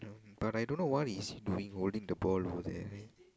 but I don't know what is he doing holding the ball over there